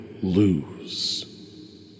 lose